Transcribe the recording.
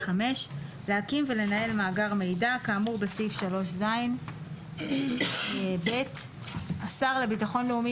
להקים ולנהל מאגר מידע כאמור בסעיף 3ז. השר לביטחון לאומי